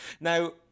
Now